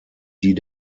die